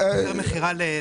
אמרת שנאמר על ידי האוצר.